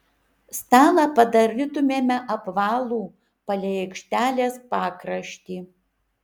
stalą padarytumėme apvalų palei aikštelės pakraštį